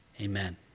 amen